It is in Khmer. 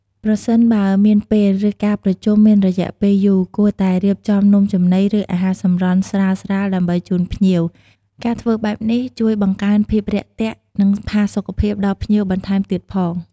ប្រសិនបើមានពេល ឬការប្រជុំមានរយៈពេលយូរ គួរតែរៀបចំនំចំណី ឬអាហារសម្រន់ ស្រាលៗដើម្បីជូនភ្ញៀវ ការធ្វើបែបនេះជួយបង្កើនភាពរាក់ទាក់ និងផាសុកភាពដល់ភ្ញៀវបន្ថែមទៀតផង។